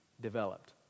developed